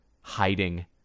hiding